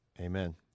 Amen